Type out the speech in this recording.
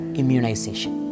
immunization